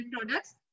products